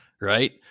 right